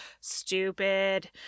Stupid